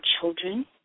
children